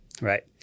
Right